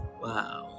Wow